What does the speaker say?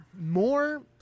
more